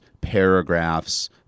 paragraphs